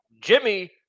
Jimmy